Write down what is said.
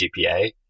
GPA